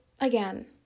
again